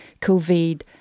COVID